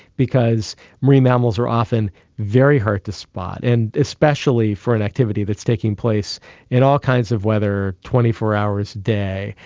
because marine mammals are often very hard to spot, and especially for an activity that is taking place in all kinds of weather, twenty four hours a day.